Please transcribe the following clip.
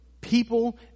People